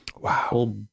Wow